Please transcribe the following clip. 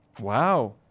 Wow